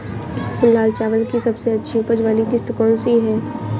लाल चावल की सबसे अच्छी उपज वाली किश्त कौन सी है?